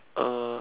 uh